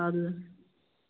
اَدٕ حظ